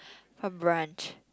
her brunch